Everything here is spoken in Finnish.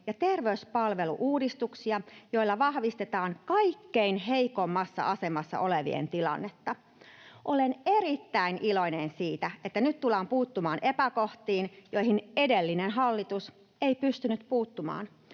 ja terveyspalvelu-uudistuksia, joilla vahvistetaan kaikkein heikoimmassa asemassa olevien tilannetta. Olen erittäin iloinen siitä, että nyt tullaan puuttumaan epäkohtiin, joihin edellinen hallitus ei pystynyt puuttumaan.